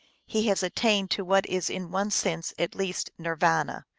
he has attained to what is in one sense at least nir vana.